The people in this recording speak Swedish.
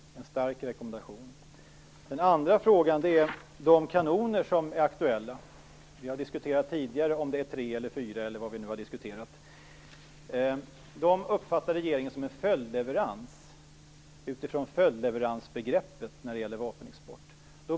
För det andra: De kanoner som är aktuella - vi har tidigare diskuterat om det gäller tre, fyra eller något annat antal - uppfattas av regeringen som en följdleverans, utifrån följdleveransbegreppet när det gäller vapenexport.